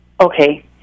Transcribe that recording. Okay